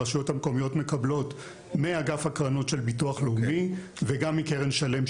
הרשויות המקומיות מקבלות מאגף הקרנות של ביטוח לאומי וגם מקרן שלם,